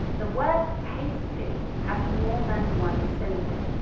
the word tasty has more than one syllable,